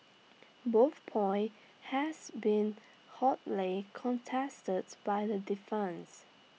both point has been hotly contested by the defence